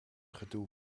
gedoe